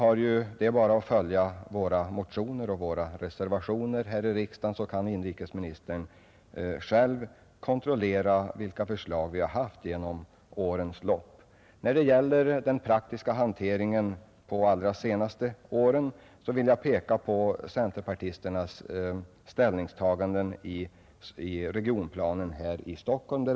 Herr inrikesministern behöver bara läsa våra motioner och reservationer här i riksdagen för att kontrollera vilka förslag vi har fört fram under årens lopp. När det gäller den praktiska hanteringen de allra senaste åren vill jag peka på centerpartisternas ställningstagande till regionplaneskissen för Storstockholm.